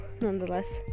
nonetheless